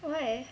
why